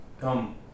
come